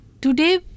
today